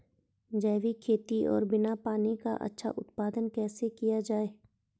जैविक खेती और बिना पानी का अच्छा उत्पादन कैसे किया जाए?